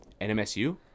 NMSU